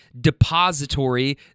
depository